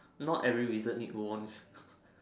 not every wizard need wands